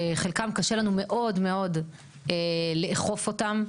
שחלקם קשה לנו מאוד מאוד לאכוף אותם.